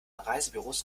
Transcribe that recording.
reisebüros